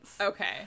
okay